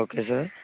okay sir